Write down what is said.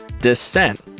descent